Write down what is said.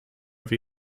wie